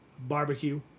Barbecue